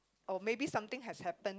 or maybe something has happen